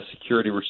security